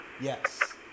Yes